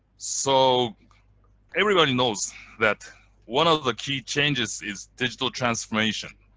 so everybody knows that one of the key changes is digital transformation.